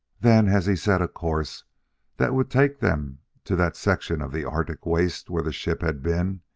then, as he set a course that would take them to that section of the arctic waste where the ship had been,